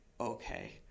okay